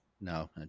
No